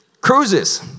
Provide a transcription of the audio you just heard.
cruises